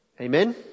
Amen